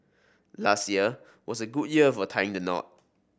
last year was a good year for tying the knot